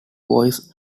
voice